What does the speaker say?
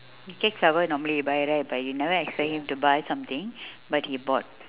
cake flower normally buy right but you never expect him to buy something but he bought